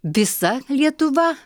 visa lietuva